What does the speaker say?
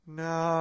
no